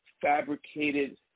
fabricated